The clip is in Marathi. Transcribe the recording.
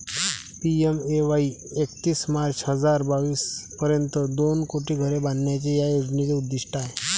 पी.एम.ए.वाई एकतीस मार्च हजार बावीस पर्यंत दोन कोटी घरे बांधण्याचे या योजनेचे उद्दिष्ट आहे